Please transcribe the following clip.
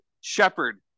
shepherd